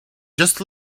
just